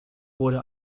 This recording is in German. wurde